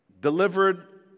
delivered